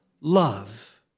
love